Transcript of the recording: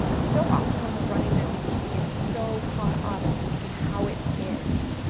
so often when we're running businesses we get so caught up in how it is.